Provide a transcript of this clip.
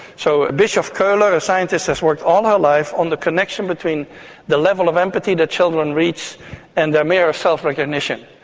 so bischof-kohler, a scientist that's worked all her life on the connection between the level of empathy that children reach and the mirror of self-recognition,